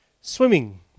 swimming